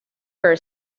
her